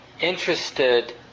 Interested